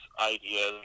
ideas